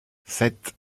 sept